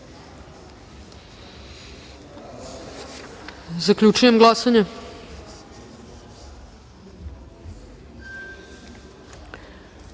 se. Zaključujem glasanje: